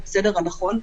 ובסדר הנכון,